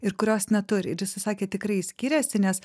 ir kurios neturi ir jis sakė tikrai skiriasi nes